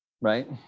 right